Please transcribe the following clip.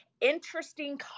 interesting